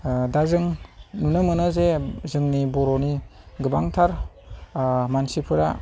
दा जों नुनो मोनो जे जोंनि बर'नि गोबांथार मानसिफोरा